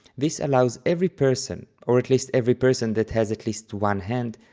this allows every person, or at least every person that has at least one hand,